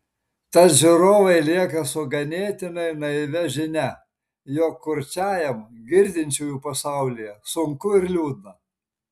tad žiūrovai lieka su ganėtinai naivia žinia jog kurčiajam girdinčiųjų pasaulyje sunku ir liūdna